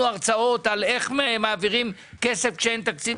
הרצאות על איך מעבירים כסף כשאין תקציב,